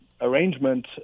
arrangement